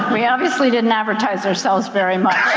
we obviously didn't advertise ourselves very much.